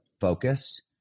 focus